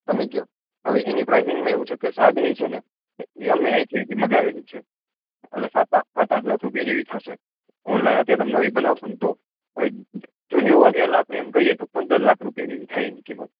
તમે કહો હવે એની પ્રાઇજિંગમાં એવું છેકે સાગની છેને એ અમે અહીથી મંગાવેલી છે એટલે સાત આઠ લાખ રૂપિયા જેવી થશે ઓનલાઈન અત્યારે તમે નવી બનાવશો ને તો હવે જૂની હોવાથી આપણે એમ કહી તો પંદર લાખ રૂપિયા જેવી થાય એની કિમત